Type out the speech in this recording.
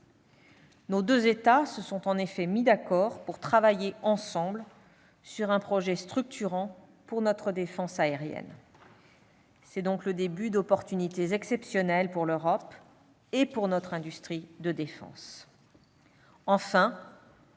Nos deux États se sont mis d'accord pour travailler ensemble sur un projet structurant pour notre défense aérienne. C'est donc le début d'opportunités exceptionnelles pour l'Europe et pour notre industrie de défense. Enfin,